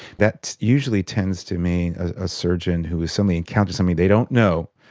that usually tends to mean a surgeon who has suddenly encountered something they don't know,